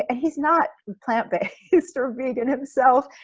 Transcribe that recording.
ah he's not plant-based or vegan himself,